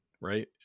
right